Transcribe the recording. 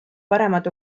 paremad